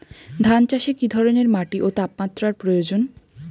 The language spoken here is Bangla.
ধান চাষে কী ধরনের মাটি ও তাপমাত্রার প্রয়োজন?